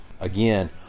Again